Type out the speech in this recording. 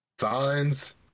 signs